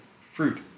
fruit